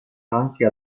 anche